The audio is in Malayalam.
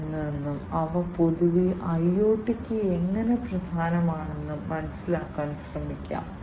ഉദാഹരണത്തിന് സിഗ്നലുകളുടെ ആംപ്ലിഫിക്കേഷൻ ഫിൽട്ടറിംഗ് തുടർന്ന് ഡിജിറ്റൈസ് ചെയ്യുക